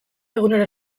egunero